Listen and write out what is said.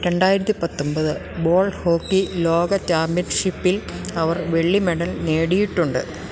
രണ്ടായിരത്തി പത്തൊമ്പത് ball hockey ലോക ചാമ്പ്യൻഷിപ്പിൽ അവർ വെള്ളി മെഡൽ നേടിയിട്ടുണ്ട്